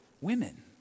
women